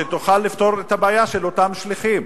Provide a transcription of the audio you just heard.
שתוכל לפתור את הבעיה של אותם שליחים.